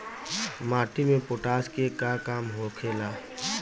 माटी में पोटाश के का काम होखेला?